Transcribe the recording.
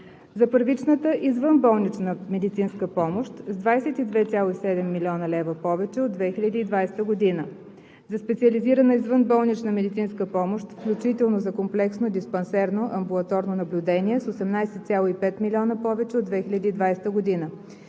за първична извънболнична медицинска помощ с 22,7 млн. лв. повече от 2020 г. 2. за специализирана извънболнична медицинска помощ, включително за комплексно диспансерно/амбулаторно наблюдение с 18,5 млн. лв. повече от 2020 г.